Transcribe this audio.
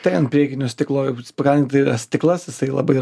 tai ant priekinio stiklo stiklas jisai labai yra slidus